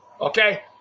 Okay